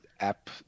app